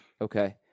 Okay